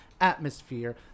atmosphere